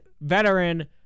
veteran